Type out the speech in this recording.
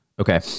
Okay